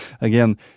Again